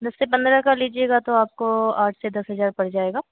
दस से पन्द्रह का लीजिएगा तो आपको आठ से दस हज़ार पड़ जाएगा